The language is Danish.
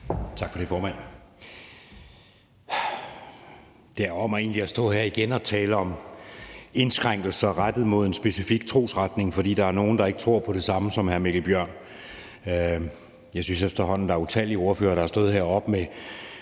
Tak for det, formand. Det ærgrer mig egentlig at stå her igen og tale om indskrænkelser rettet mod en specifik trosretning, fordi der er nogle, der ikke tror på det samme som hr. Mikkel Bjørn. Jeg synes efterhånden, der er utallige ordførere, der har stået heroppe med